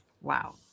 Wow